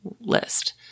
list